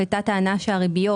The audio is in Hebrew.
הייתה טענה שהריביות